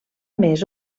més